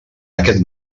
aquest